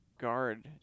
guard